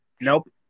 Nope